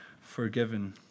forgiven